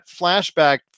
flashback